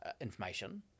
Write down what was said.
information